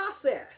process